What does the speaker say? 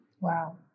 Wow